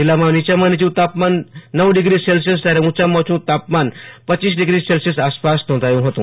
જીલ્લામાં નીચામાં નીચું તાપમાન નવ ડીગ્રી સેલ્સિયસજયારે ઊંચામાં ઊંચું તાપમાન પચીસ ડીગ્રી સેલ્સિયસ આસપાસ નોંધાયું હતું